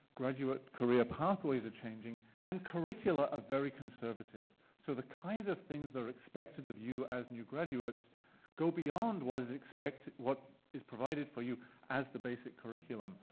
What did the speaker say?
graduate career pathways are changing and curricular are very conservative. so the kinds of things that are expected of you as new graduates go beyond what is what is provided for you as the basic curriculum.